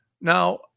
now